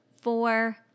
Four